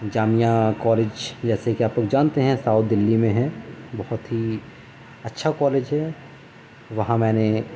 جامعہ college جیسے کہ آپ لوگ جانتے ہیں ساؤتھ دلی میں ہے بہت ہی اچھا کالج ہے وہاں میں نے